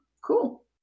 cool